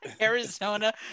Arizona